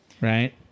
Right